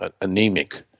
anemic